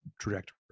trajectory